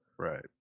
Right